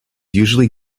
usually